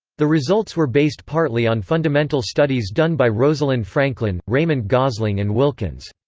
the results were based partly on fundamental studies done by rosalind franklin, raymond gosling and wilkins.